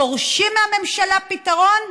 דורשים מהממשלה פתרון.